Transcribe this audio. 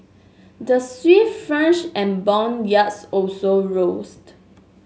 the Swiss and bond yields also rose